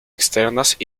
externas